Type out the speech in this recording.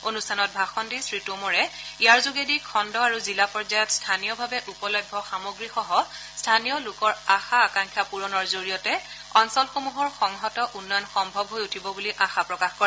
অনুষ্ঠানত ভাষণ দি শ্ৰী টোমৰে ইয়াৰ যোগেদি খণ্ড আৰু জিলা পৰ্যায়ত স্থানীয়ভাৱে উপলভ্য সামগ্ৰীসহ স্থানীয় লোকৰ আশা আকাংখ্যা পূৰণৰ জৰিয়তে অঞ্চলসমূহৰ সংহত উন্নয়ন সম্ভৱ হৈ উঠিব বুলি আশা প্ৰকাশ কৰে